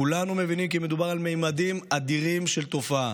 כולנו מבינים כי מדובר על ממדים אדירים של התופעה,